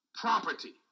property